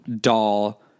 doll